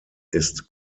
ist